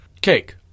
Cake